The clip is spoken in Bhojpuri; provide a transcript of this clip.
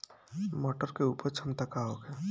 मटर के उपज क्षमता का होखे?